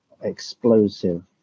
explosive